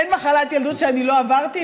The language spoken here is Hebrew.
אין מחלת ילדות שאני לא עברתי,